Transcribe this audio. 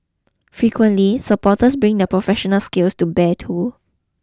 frequently supporters bring their professional skills to bear too